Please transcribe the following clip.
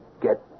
get